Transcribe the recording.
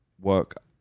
work